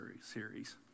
series